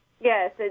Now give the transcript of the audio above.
Yes